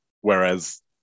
Whereas